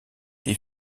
des